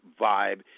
Vibe